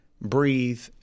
breathe